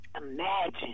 imagine